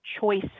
choice